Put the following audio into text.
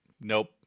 Nope